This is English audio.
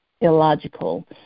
illogical